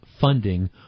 funding